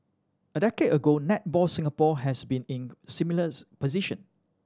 a decade ago Netball Singapore had been in a similar position